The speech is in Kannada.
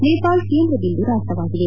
ನೇಪಾಳ ಕೇಂದ್ರಬಿಂದು ರಾಷ್ಟವಾಗಿದೆ